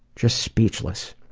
just speechless.